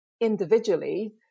individually